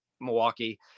Milwaukee